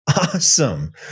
Awesome